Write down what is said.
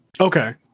Okay